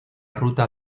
ruta